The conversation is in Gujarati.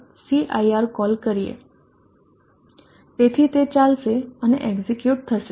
cir કોલ કરીએ તેથી તે ચાલશે અને એક્ઝેક્યુટ થશે